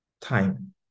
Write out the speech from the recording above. time